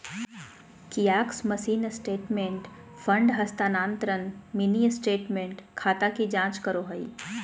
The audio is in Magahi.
कियाक्स मशीन स्टेटमेंट, फंड हस्तानान्तरण, मिनी स्टेटमेंट, खाता की जांच करो हइ